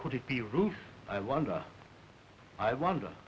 could it be ruth i wonder i wonder